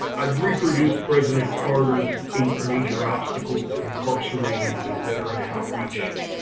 i've reproduced president carter's eight major obstacles to incarcerated veteran outreach.